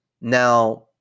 Now